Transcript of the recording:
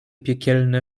piekielne